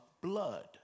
blood